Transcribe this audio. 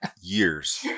years